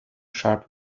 sharp